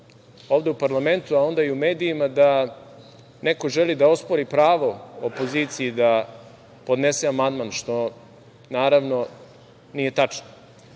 ovde u parlamentu a onda i u medijima, da neko želi da ospori pravo opoziciji da podnese amandman, što naravno nije tačno. Želim